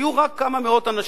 היו רק כמה מאות אנשים,